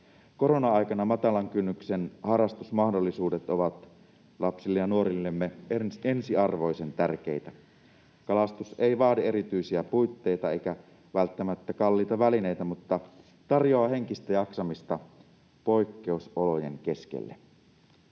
Korona-aikana matalan kynnyksen harrastusmahdollisuudet ovat lapsillemme ja nuorillemme ensiarvoisen tärkeitä. Kalastus ei vaadi erityisiä puitteita eikä välttämättä kalliita välineitä mutta tarjoaa henkistä jaksamista poikkeusolojen keskelle.